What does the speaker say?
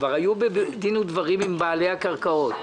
כבר היו בדין ודברים עם בעלי הקרקעות,